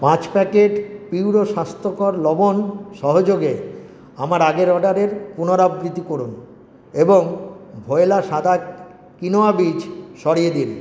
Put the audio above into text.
পাঁচ প্যাকেট পিউরো স্বাস্থ্যকর লবণ সহযোগে আমার আগের অর্ডারের পুনরাবৃত্তি করুন এবং ভয়লা সাদা কিনোয়া বীজ সরিয়ে দিন